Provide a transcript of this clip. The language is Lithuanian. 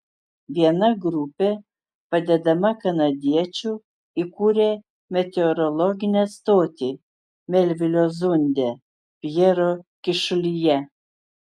viena grupė padedama kanadiečių įkūrė meteorologinę stotį melvilio zunde pjero kyšulyje